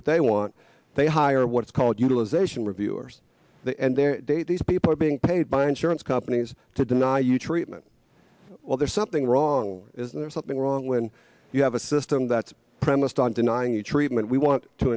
what they want they hire what's called utilization reviewers they and their date these people are being paid by insurance companies to deny you treatment well there's something wrong is there something wrong when you have a system that's premised on denying you treatment we want to